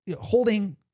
holding